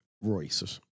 Royce